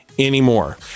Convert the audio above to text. anymore